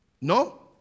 No